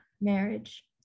marriage